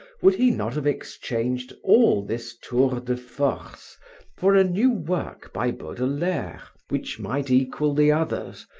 would he not have exchanged all this tour de force for a new work by baudelaire which might equal the others,